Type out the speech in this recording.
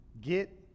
Get